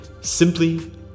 simply